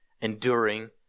enduring